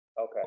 Okay